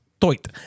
toit